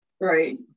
Right